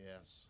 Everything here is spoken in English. Yes